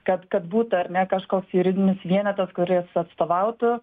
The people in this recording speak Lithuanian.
kad kad būtų ar ne kažkoks juridinis vienetas kuris atstovautų